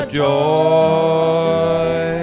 joy